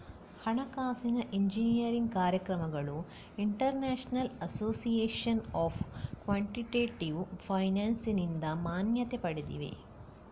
ಹಣಕಾಸಿನ ಎಂಜಿನಿಯರಿಂಗ್ ಕಾರ್ಯಕ್ರಮಗಳು international association of quantitative ಫೈನಾನ್ಸಿನಿಂದ ಮಾನ್ಯತೆ ಪಡೆದಿವೆ